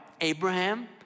Abraham